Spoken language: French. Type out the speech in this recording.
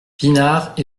pinard